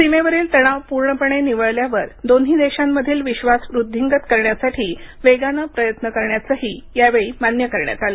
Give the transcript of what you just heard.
सीमेवरील तणाव पूर्णपणे निवळल्यावर दोन्ही देशांमधील विश्वास वृद्धींगत करण्यासाठी वेगानं प्रयत्न करण्याचंही यावेळी मान्य करण्यात आलं